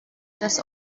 das